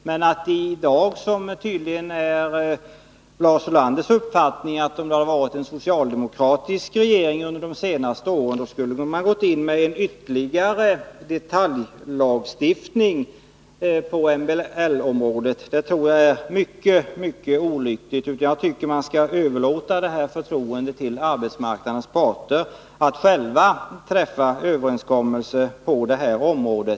Lars Ulanders uppfattning i dag är tydligen att om det skulle ha varit en socialdemokratisk regering under de senaste åren, skulle man ha gått in med ytterligare detaljlagstiftning på MBL-området. Det tror jag vore mycket olyckligt. Jag tycker att man skall överlåta det här förtroendet till arbetsmarknadens parter, att själva träffa överenskommelse på detta område.